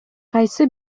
кайсы